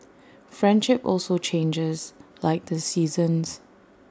friendship also changes like the seasons